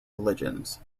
religions